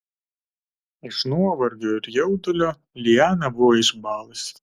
iš nuovargio ir jaudulio liana buvo išbalusi